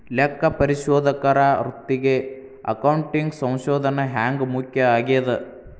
ಲೆಕ್ಕಪರಿಶೋಧಕರ ವೃತ್ತಿಗೆ ಅಕೌಂಟಿಂಗ್ ಸಂಶೋಧನ ಹ್ಯಾಂಗ್ ಮುಖ್ಯ ಆಗೇದ?